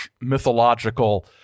mythological